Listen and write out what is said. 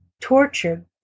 tortured